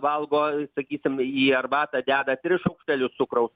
valgo sakysim į arbatą deda tris šaukštelius cukraus